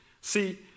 See